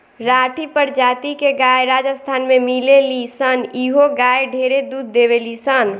राठी प्रजाति के गाय राजस्थान में मिलेली सन इहो गाय ढेरे दूध देवेली सन